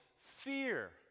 fear